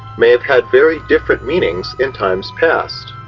may have had very different meanings in times past.